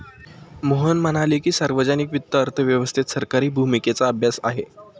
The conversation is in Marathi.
मोहन म्हणाले की, सार्वजनिक वित्त अर्थव्यवस्थेत सरकारी भूमिकेचा अभ्यास आहे